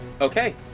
Okay